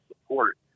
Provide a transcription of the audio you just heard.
support